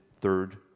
third